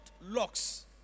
locks